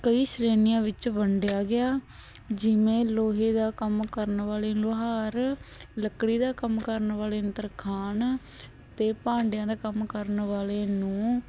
ਕਈ ਸ਼੍ਰੇਣੀਆਂ ਵਿੱਚ ਵੰਡਿਆ ਗਿਆ ਜਿਵੇਂ ਲੋਹੇ ਦਾ ਕੰਮ ਕਰਨ ਵਾਲੇ ਲੁਹਾਰ ਲੱਕੜੀ ਦਾ ਕੰਮ ਕਰਨ ਵਾਲੇ ਨੂੰ ਤਰਖਾਣ ਅਤੇ ਭਾਂਡਿਆਂ ਦਾ ਕੰਮ ਕਰਨ ਵਾਲੇ ਨੂੰ